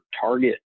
target